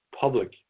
public